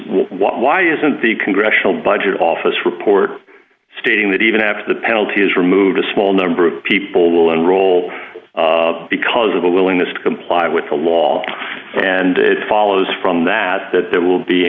why isn't the congressional budget office report stating that even after the penalty is removed a small number of people will enroll because of a willingness to comply with the law and follows from that that there will be